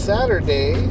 Saturday